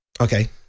okay